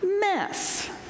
mess